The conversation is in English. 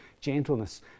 gentleness